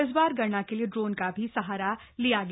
इस बार गणना के लिये ड्रोन का भी सहारा लिया गया